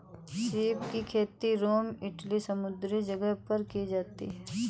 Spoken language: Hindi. सीप की खेती रोम इटली समुंद्री जगह पर की जाती है